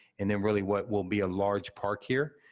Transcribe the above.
and then, really, what will be a large park here.